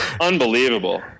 unbelievable